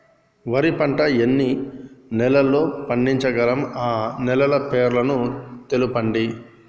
వరి పంట ఎన్ని నెలల్లో పండించగలం ఆ నెలల పేర్లను తెలుపండి?